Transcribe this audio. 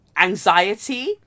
anxiety